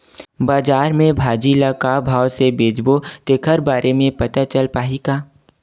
बजार में भाजी ल का भाव से बेचबो तेखर बारे में पता चल पाही का?